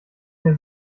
mir